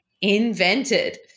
invented